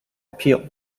appeal